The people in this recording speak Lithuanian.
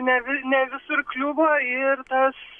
ne vi ne visur kliuvo ir tas